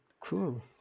Cool